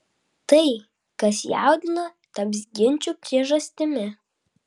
tai kas jaudino taps ginčų priežastimi